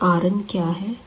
यह R n क्या है